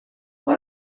why